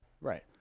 Right